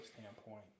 standpoint